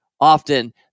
often